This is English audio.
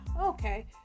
okay